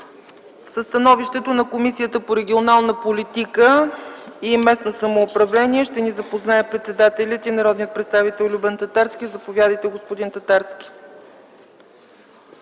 Със становището на Комисията по регионална политика и местно самоуправление ще ни запознае председателят й народният представител Любен Татарски. Заповядайте, господин Татарски.